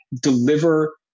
deliver